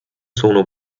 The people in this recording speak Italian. sono